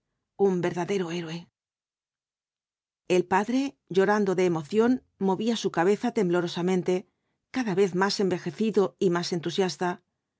un verdadero héroe y el padre llorando de emoción movía su cabeza temblorosamente cada vez más envejecido y más entusiasta